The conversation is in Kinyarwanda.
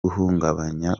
guhungabanya